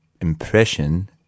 impression